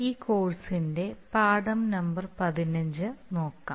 ഈ കോഴ്സിന്റെ പാഠം നമ്പർ 15 നോക്കാം